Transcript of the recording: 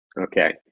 Okay